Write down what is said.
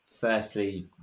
firstly